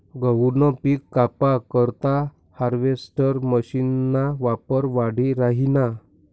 गहूनं पिक कापा करता हार्वेस्टर मशीनना वापर वाढी राहिना